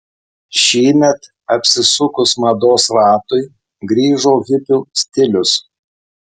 šįmet apsisukus mados ratui grįžo hipių stilius